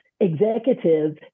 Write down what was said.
executives